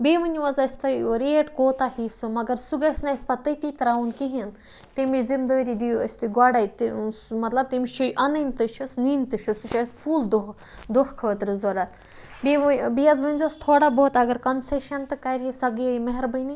بیٚیہِ وٕنِو حظ اَسہِ تُہۍ ریٹ کوٗتاہ ہیٚیہِ سُہ مگر سُہ گَژھِ نہٕ اَسہِ پَتہٕ تٔتی تراوُن کِہیٖنۍ تمِچ ذمہٕ دٲری دِیِو اَسہِ تُہۍ گۄڈے تہِ مَطلَب تٔمِس چھِ اَنٕنۍ تہِ چھِس نِنۍ تہِ چھِس سُہ چھُ اَسہِ فُل دۄہ دۄہ خٲطرٕ ضرورَت بیٚیہِ ؤنۍ بیٚیہِ حظ ؤنۍ زیٚوس تھوڑا بہت اگر کَنسیٚشن تہِ کَرِ ہا سۄ گٔیے مہربٲنی